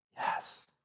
Yes